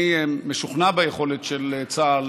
אני משוכנע ביכולת של צה"ל